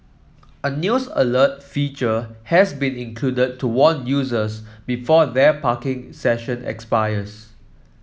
a news alert feature has been included to warn users before their parking session expires